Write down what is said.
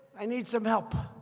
i need some help.